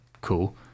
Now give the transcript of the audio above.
Cool